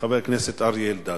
חבר הכנסת אריה אלדד.